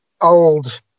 old